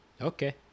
Okay